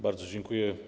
Bardzo dziękuję.